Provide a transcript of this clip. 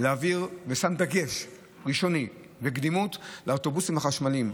להעביר ושם דגש ראשוני ונותן קדימות לאוטובוסים החשמליים,